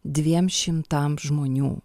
dviem šimtam žmonių